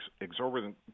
exorbitant